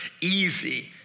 easy